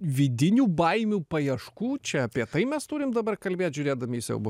vidinių baimių paieškų čia apie tai mes turim dabar kalbėt žiūrėdami į siaubo